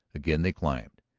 again they climbed,